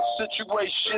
situation